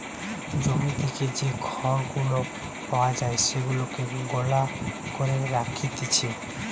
জমি থেকে যে খড় গুলা পাওয়া যায় সেগুলাকে গলা করে রাখতিছে